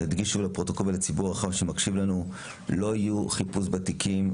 נדגיש לפרוטוקול ולציבור הרחב שמקשיב לנו כי לא יהיה חיפוש בתיקים,